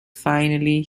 finally